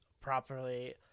properly